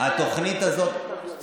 התוכנית הזאת,